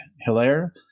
Hilaire